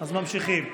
אז ממשיכים.